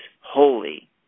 holy